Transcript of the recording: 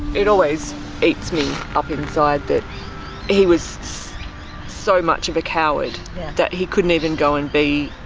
it always eats me up inside that he was so much of a coward that he couldn't even go and be,